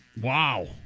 Wow